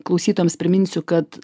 klausytojams priminsiu kad